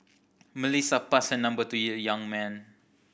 Melissa passed her number to young man